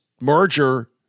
merger